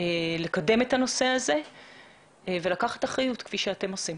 לקדם את הנושא הזה ולקחת אחריות כפי שאתם עושים.